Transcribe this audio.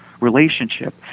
relationship